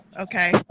okay